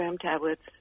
tablets